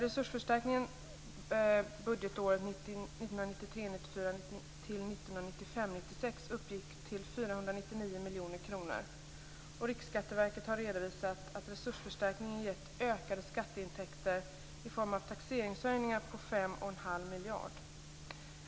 Resursförstärkningen uppgick budgetåren 1993 96 till 499 miljoner kronor. Riksskatteverket har redovisat att resursförstärkningen gett ökade skatteintäkter i form av taxeringshöjningar på 5 1⁄2 miljard.